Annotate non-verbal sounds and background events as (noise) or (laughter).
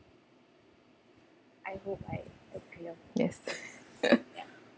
yes (laughs)